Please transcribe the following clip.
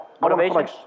motivation